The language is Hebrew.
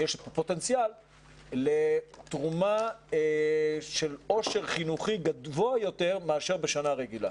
יש פוטנציאל לתרומה של עושר חינוכי גבוה יותר מאשר בשנה רגילה.